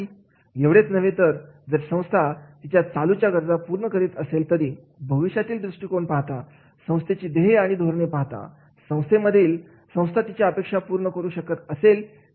एवढेच नव्हे तर जरी संस्था तिच्या चालू च्या गरजा पूर्ण करीत असेल तरी भविष्यातील दृष्टिकोन पाहता संस्थेची ध्येय आणि धोरणे पाहता भविष्यामध्ये संस्था तिच्या अपेक्षा पूर्ण करू शकेल की नाही